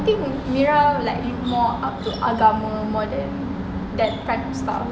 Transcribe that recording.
I think mira like more of agama more than that type of stuff